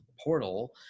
portal